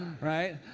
Right